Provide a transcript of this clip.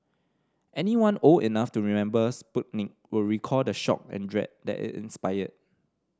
anyone old enough to remember Sputnik will recall the shock and dread that it inspired